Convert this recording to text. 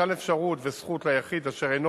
1. מתן אפשרות וזכות ליחיד אשר אינו